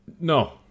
no